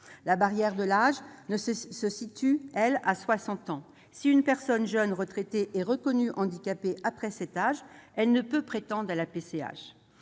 barrière se situe à 60 ans. Si une personne, jeune retraitée, est reconnue handicapée après cet âge, elle ne peut prétendre à la PCH.